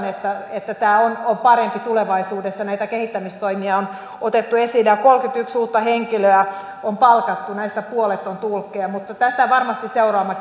että että tämä on parempi tulevaisuudessa näitä kehittämistoimia on otettu esiin ja kolmekymmentäyksi uutta henkilöä on palkattu näistä puolet on tulkkeja mutta tätä varmasti seuraamme